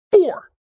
Four